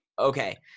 Okay